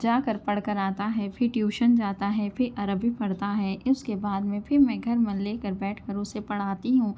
جا کر پڑھ کر آتا ہے پھر ٹیوشن جاتا ہے پھر عربی پڑھتا ہے اُس کے بعد میں پھر میں گھر میں لے کر بیٹھ کر اُسے پڑھاتی ہوں